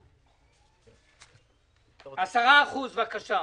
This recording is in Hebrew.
10%, בבקשה.